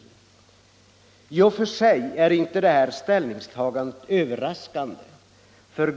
I och för sig är detta ställningstagande inte överraskande.